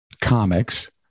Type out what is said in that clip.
Comics